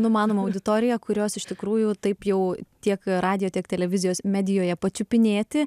numanoma auditorija kurios iš tikrųjų taip jau tiek radijo tiek televizijos medijoje pačiupinėti